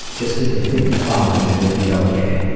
just get to fifty five and it will be okay.